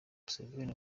museveni